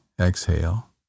exhale